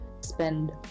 spend